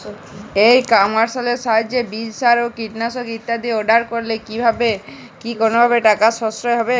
ই কমার্সের সাহায্যে বীজ সার ও কীটনাশক ইত্যাদি অর্ডার করলে কি কোনোভাবে টাকার সাশ্রয় হবে?